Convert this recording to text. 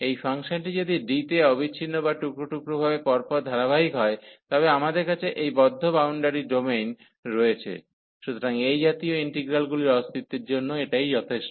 এই ফাংশনটি যদি D তে অবিচ্ছিন্ন বা টুকরো টুকরো ভাবে পরপর ধারাবাহিক হয় তবে আমাদের কাছে এই বদ্ধ বাউন্ডারি ডোমেন রয়েছে সুতরাং এই জাতীয় ইন্টিগ্রালগুলির অস্তিত্বের জন্য এটাই যথেষ্ট